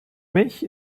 mich